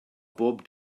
bob